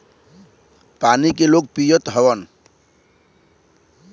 पानी के लोग पियत हउवन